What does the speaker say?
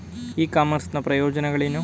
E commerce ನ ಪ್ರಯೋಜನಗಳೇನು?